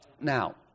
Now